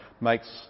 makes